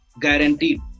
Guaranteed